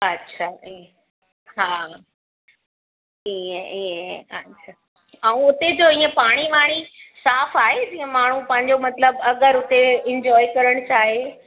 अच्छा ईअं हा ईअं ईअं अच्छा ऐं उते जो ईअं पाणी वाणी साफ़ु आहे जीअं माण्हू पंहिंजो मतिलबु अगरि उते एंजाए करणु चाहे